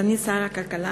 אדוני שר הכלכלה,